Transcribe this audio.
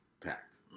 packed